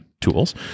tools